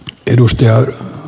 ennuste on